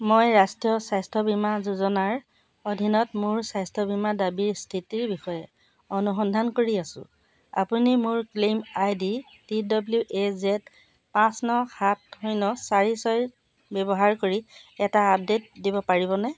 মই ৰাষ্ট্ৰীয় স্বাস্থ্য বীমা যোজনাৰ অধীনত মোৰ স্বাস্থ্য বীমা দাবীৰ স্থিতিৰ বিষয়ে অনুসন্ধান কৰি আছোঁ আপুনি মোৰ claim ID T W A Z পাঁচ ন সাত শূন্য চাৰি ছয় ব্যৱহাৰ কৰি এটা আপডে'ট দিব পাৰিবনে